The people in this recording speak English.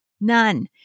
none